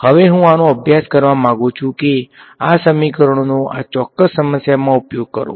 હવે હું આનો અભ્યાસ કરવા માંગુ છું કે આ સમીકરણોનો આ ચોક્કસ સમસ્યામાં ઉપયોગ કરો